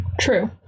True